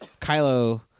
Kylo